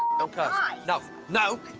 okay, no, no!